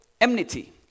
enmity